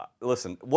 listen